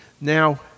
Now